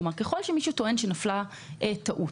ככל שמישהו טוען שנפלה טעות,